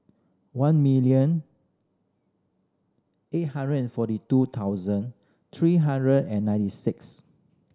one million eight hundred and forty two thousand three hundred and ninety six